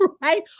Right